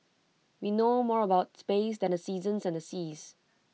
we know more about space than the seasons and seas